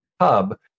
hub